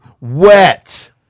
Wet